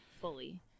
fully